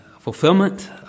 fulfillment